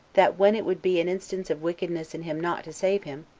that when it would be an instance of wickedness in him not to save him,